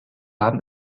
haben